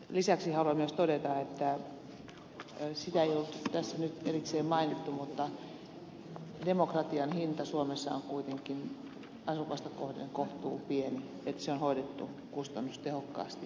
lisäksi haluan myös todeta sitä ei ollut tässä nyt erikseen mainittu että demokratian hinta suomessa on kuitenkin asukasta kohden kohtuupieni että se on hoidettu kustannustehokkaasti ja säästöjä on tehty